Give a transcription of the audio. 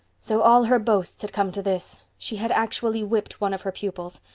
so all her boasts had come to this. she had actually whipped one of her pupils.